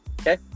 Okay